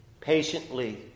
patiently